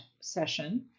session